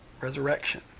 resurrection